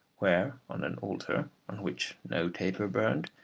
where on an altar, on which no taper burned,